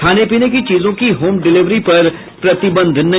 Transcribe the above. खाने पीने की चीजों की होम डिलेवरी पर प्रतिबंध नहीं